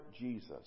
Jesus